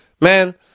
Man